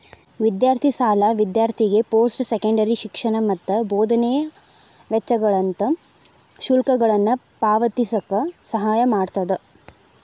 ವಿದ್ಯಾರ್ಥಿ ಸಾಲ ವಿದ್ಯಾರ್ಥಿಗೆ ಪೋಸ್ಟ್ ಸೆಕೆಂಡರಿ ಶಿಕ್ಷಣ ಮತ್ತ ಬೋಧನೆ ವೆಚ್ಚಗಳಂತ ಶುಲ್ಕಗಳನ್ನ ಪಾವತಿಸಕ ಸಹಾಯ ಮಾಡ್ತದ